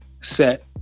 set